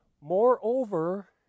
Moreover